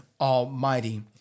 Almighty